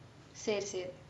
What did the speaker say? சரி சரி:seri seri